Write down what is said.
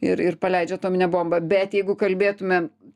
ir ir paleidžia atominę bombą bet jeigu kalbėtumėm